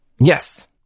yes